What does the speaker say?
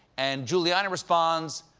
and giuliani responds,